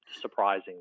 surprising